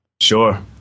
Sure